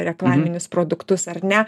reklaminius produktus ar ne